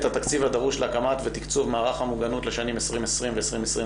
התקציב הדרוש להקמת ותקצוב מערך המוגנות לשנים 2020 ו-2021,